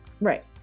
right